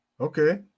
Okay